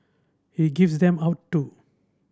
he gives them out too